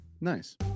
Nice